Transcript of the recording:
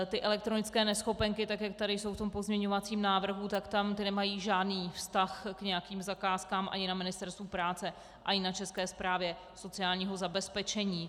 Ty elektronické neschopenky, tak jak tady jsou v tom pozměňovacím návrhu, tak ty nemají žádný vztah k nějakým zakázkám ani na Ministerstvu práce, ani na České správě sociálního zabezpečení.